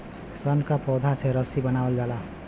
सन क पौधा से रस्सी बनावल जाला